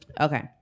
Okay